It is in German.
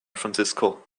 francisco